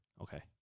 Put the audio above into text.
Okay